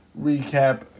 recap